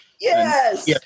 Yes